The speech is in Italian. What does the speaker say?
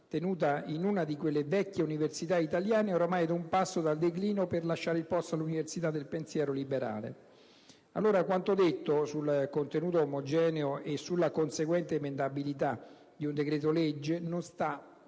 tenuta in una di quelle vecchie università italiane, ormai ad un passo dal declino per lasciare il posto all'università del pensiero liberale. Allora, quanto detto sul contenuto omogeneo e sulla conseguente emendabilità di un decreto-legge non sta